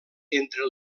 entre